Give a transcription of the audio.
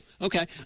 Okay